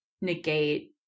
negate